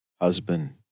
husband